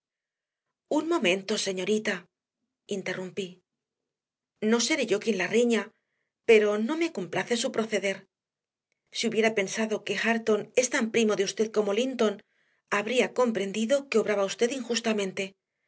un momento señorita interrumpí no seré yo quien la riña pero no me complace su proceder si hubiera pensado que hareton es tan primo de usted como linton habría comprendido que obraba usted injustamente